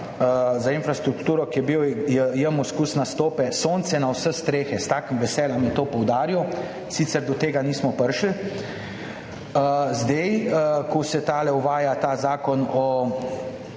za infrastrukturo in je imel vedno nastope, sonce na vse strehe. S takim veseljem je to poudaril, sicer do tega nismo prišli, zdaj, ko se uvaja ta zakon o